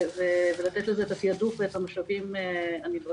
ולתת לזה את התעדוף ואת המשאבים הנדרשים.